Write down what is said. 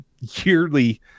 yearly –